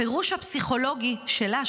הפירוש הפסיכולוגי שלה,